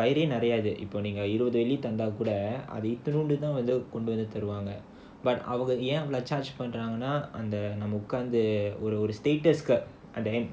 வயிறு நிறையாது இப்போ நீங்க இருப்பது தந்தா கூட அது இத்தனோன்டுதான் கொண்டு தருவாங்க அது ஏன் இவ்ளோ:enakku vandhu adhula udanpaadu illa adha vathu oruthara unavukku vandhu vayiru niraiyaathu ipo neenga iruppathu thantha kooda adhu ithanondu thaan kondu tharuvaanga adhu yaen ivlo charge பண்றங்கனா அந்த நம்ம உட்கார்ந்து:pandraanganaa adhu namma utkkaarnthu